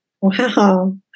Wow